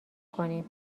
کنیم